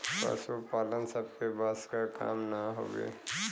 पसुपालन सबके बस क काम ना हउवे